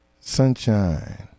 Sunshine